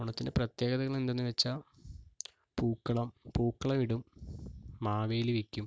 ഓണത്തിൻ്റെ പ്രത്യേകതകൾ എന്താണെന്ന് വച്ചാൽ പൂക്കളം പൂക്കളം ഇടും മാവേലി വയ്ക്കും